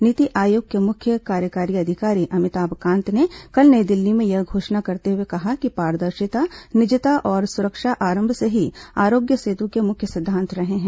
नीति आयोग के मुख्य कार्यकारी अधिकारी अमिताभ कांत ने कल नई दिल्ली में यह घोषणा करते हुए कहा कि पारदर्शिता निजता और सुरक्षा आरंभ से ही आरोग्य सेतु के मुख्य सिद्धांत रहे हैं